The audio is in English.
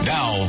Now